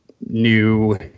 new